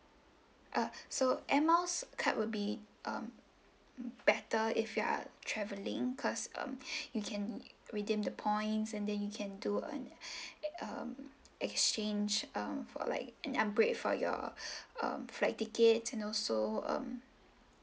uh so air miles card would be um better if you are travelling cause um you can redeem the points and then you can do on um exchange um for like an upgrade for your um flight tickets and also um